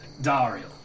Dario